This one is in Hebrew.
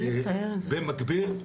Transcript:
במקביל,